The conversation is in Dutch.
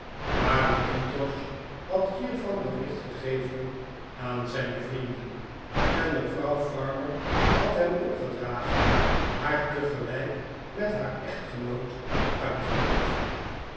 maar mackintosh had hiervan bericht gegeven aan zijne vrienden en mevrouw parmer had hem opgedragen haar tegelijk met haar echtgenoot uit te noodigen